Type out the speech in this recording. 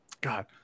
God